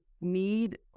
need